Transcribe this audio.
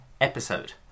episode